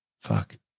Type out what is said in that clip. Fuck